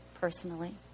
personally